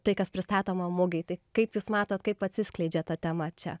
tai kas pristatoma mugėje tai kaip jūs matote kaip atsiskleidžia ta tema čia